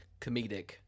comedic